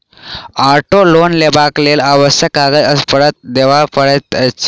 auto loan लेबाक लेल आवश्यक कागज पत्तर देबअ पड़ैत छै